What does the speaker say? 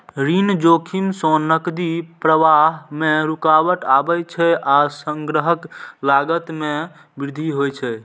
ऋण जोखिम सं नकदी प्रवाह मे रुकावट आबै छै आ संग्रहक लागत मे वृद्धि होइ छै